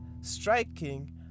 striking